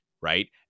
Right